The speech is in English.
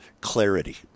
clarity